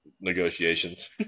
negotiations